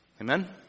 Amen